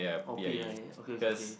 oh P I A okay